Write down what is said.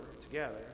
together